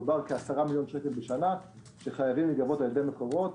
מדובר על כ-10 מיליון שקל בשנה שחייבים להיגבות על-ידי מקורות.